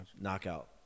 Knockout